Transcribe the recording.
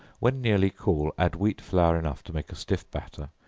when nearly cool, add wheat flour enough to make a stiff batter,